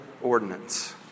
ordinance